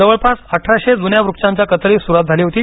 जवळपास अठराशे जून्या वृक्षांच्या कत्तलीस सुरुवात झाली होती